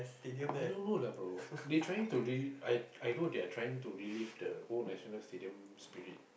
I don't know lah bro they trying to relive I I know they are trying to relive the old National Stadium spirit